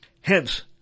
Hence